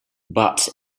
but